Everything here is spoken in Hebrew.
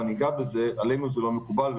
עלינו זה לא מקובל.